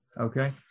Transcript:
Okay